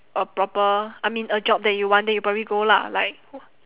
a proper I mean a job that you want then you probably go lah like